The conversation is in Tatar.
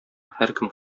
һәркем